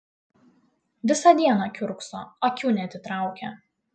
visą dieną kiurkso akių neatitraukia